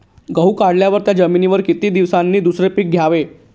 गहू काढल्यावर त्या जमिनीवर किती दिवसांनी दुसरे पीक घ्यावे?